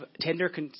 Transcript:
tender